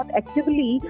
actively